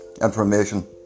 information